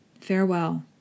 farewell